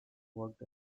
worked